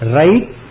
right